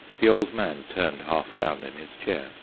the old man turned half round in his chair,